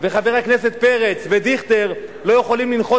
וחבר הכנסת פרץ ודיכטר לא יכולים לנחות